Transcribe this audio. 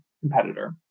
competitor